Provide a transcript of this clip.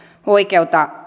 oikeutta